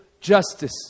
justice